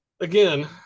Again